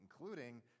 including